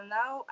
now